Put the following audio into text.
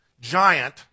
giant